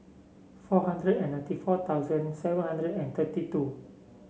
four hundred and ninety four thousand seven hundred and thirty two